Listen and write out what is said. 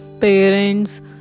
parents